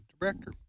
director